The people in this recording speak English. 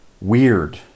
Weird